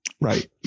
right